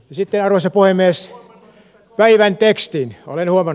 sitten arvoisa puhemies päivän tekstiin